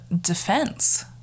defense